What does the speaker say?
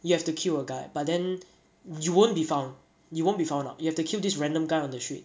you have to kill a guy but then you won't be found you won't be found out you have to kill this random gun on the streets